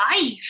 life